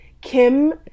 Kim